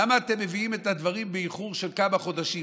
למה אתם מביאים את הדברים באיחור של כמה חודשים?